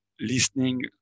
listening